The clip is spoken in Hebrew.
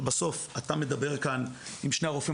שבסוף אתה מדבר כאן עם שני הרופאים